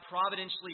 providentially